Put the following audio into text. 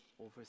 over